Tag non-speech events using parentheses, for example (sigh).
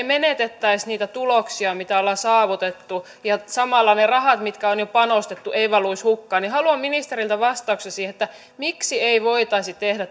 (unintelligible) menetettäisi niitä tuloksia mitä ollaan saavutettu ja samalla ne rahat mitkä on jo panostettu eivät valuisi hukkaan haluan ministeriltä vastauksen siihen miksi ei voitaisi tehdä (unintelligible)